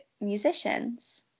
musicians